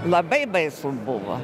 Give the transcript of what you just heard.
labai baisu buvo